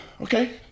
okay